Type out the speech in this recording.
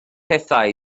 hithau